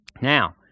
now